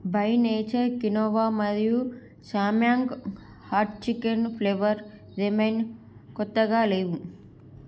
by nature quinoa మరియు Samyang hot chicken flavour ramen కొత్తగా లేవు